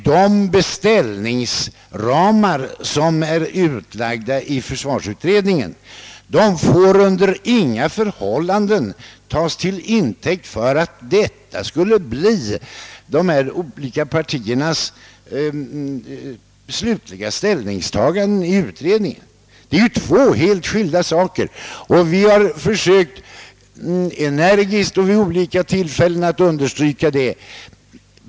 De utredningsramar som är angivna av försvarsutredningen får under inga förhållanden tas till intäkt för att de skulle bli de olika partiernas slutliga ställningstagande i utredningen. Det är två helt skilda saker! Vi har energiskt och vid olika tillfällen försökt understryka detta.